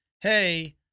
Hey